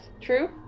true